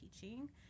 teaching